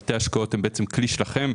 והוא שבתי השקעות הוא כלי שלכם,